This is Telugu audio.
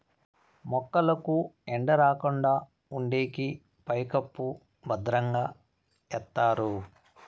మొక్కలకు ఎండ రాకుండా ఉండేకి పైకప్పు భద్రంగా ఎత్తారు